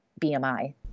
BMI